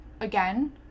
again